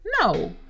no